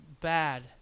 bad